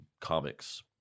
comics